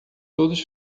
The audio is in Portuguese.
todos